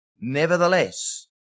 nevertheless